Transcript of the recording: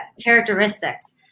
characteristics